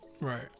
Right